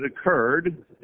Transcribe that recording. occurred